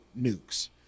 nukes